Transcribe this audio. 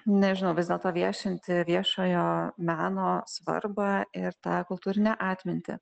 nežinau vis dėlto viešinti viešojo meno svarbą ir tą kultūrinę atmintį